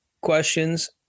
questions